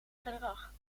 gedrag